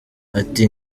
ati